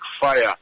fire